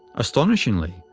astonishingly,